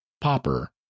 Popper